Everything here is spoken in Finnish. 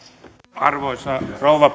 arvoisa rouva